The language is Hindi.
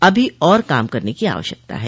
अभी और काम करने की आवश्यकता है